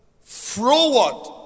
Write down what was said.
Forward